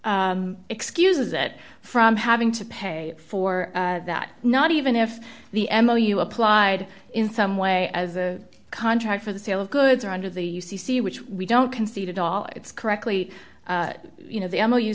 excuses it from having to pay for that not even if the m l you applied in some way as a contract for the sale of goods or under the u c c which we don't concede at all it's correctly you know the imo you